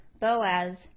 Boaz